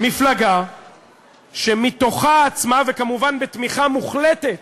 מפלגה שמתוכה עצמה, וכמובן בתמיכה מוחלטת